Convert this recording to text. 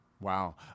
Wow